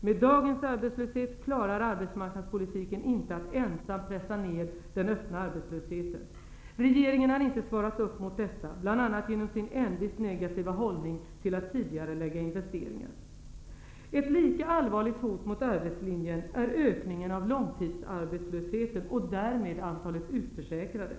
Med dagens arbetslöshet klarar arbetsmarknadspolitiken inte att ensam pressa ned den öppna arbetslösheten. Regeringen har inte svarat upp mot detta, bl.a. genom sin envist negativa hållning till att tidigarelägga investeringar. Ett lika allvarligt hot mot arbetslinjen är ökningen av långtidsarbetslösheten och därmed antalet utförsäkrade.